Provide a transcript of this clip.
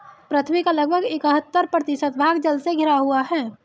पृथ्वी का लगभग इकहत्तर प्रतिशत भाग जल से घिरा हुआ है